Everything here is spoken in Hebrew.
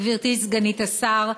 גברתי סגנית השר,